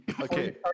okay